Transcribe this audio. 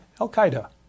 al-Qaeda